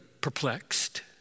perplexed